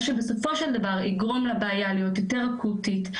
מה שבסופו של דבר יגרום לבעיה להיות יותר אקוטית,